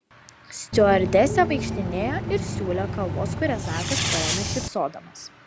stiuardesė vaikštinėjo ir siūlė kavos kurią zakas paėmė šypsodamas